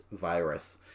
virus